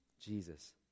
Jesus